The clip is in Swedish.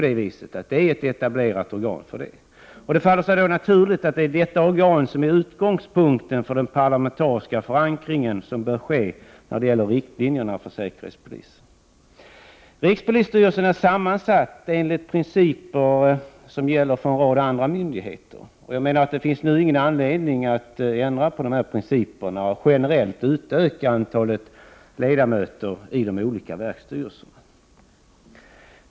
Det faller sig då naturligt att detta organ är utgångspunkten för den parlamentariska förankring som bör ske när det gäller riktlinjerna för säkerhetspolisen. Rikspolisstyrelsen är sammansatt enligt principer som gäller för en rad andra myndigheter. Det finns inte någon anledning att ändra på de principerna och generellt utöka antalet ledamöter i de olika verksstyrelserna.